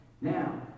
Now